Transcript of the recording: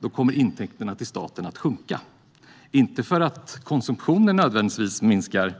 Då kommer intäkterna till staten att sjunka, inte för att konsumtionen nödvändigtvis minskar